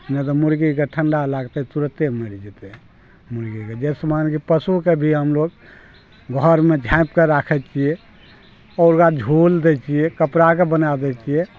नै तऽ मुर्गीके ठंडा लागतै तुरते मरि जेतै मुर्गीके जैसे मानकि पशुके भी हमलोग घरमे झापिके राखै छियै ओकरा झोल दै छियै कपड़ाके बना दै छियै